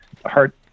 Heart